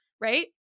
right